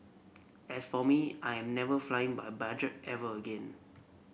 as for me I'm never flying by budget ever again